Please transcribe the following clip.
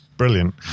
Brilliant